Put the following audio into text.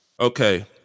Okay